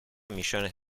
millones